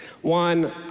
one